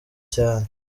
cyane